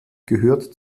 gehört